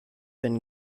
been